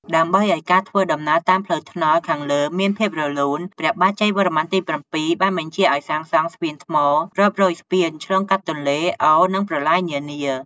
ដើម្បីឲ្យការធ្វើដំណើរតាមផ្លូវថ្នល់ខាងលើមានភាពរលូន ព្រះបាទជ័យវរ្ម័នទី៧ បានបញ្ជាឲ្យសាងសង់ ស្ពានថ្ម រាប់រយស្ពានឆ្លងកាត់ទន្លេ អូរ និងប្រឡាយនានា។